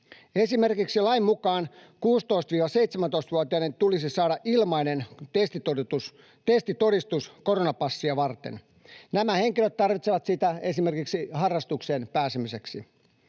Esimerkiksi lain mukaan 16—17-vuotiaiden tulisi saada ilmainen testitodistus koronapassia varten. Nämä henkilöt tarvitsevat sitä esimerkiksi harrastukseen pääsemiseksi.